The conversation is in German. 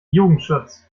jugendschutz